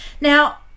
Now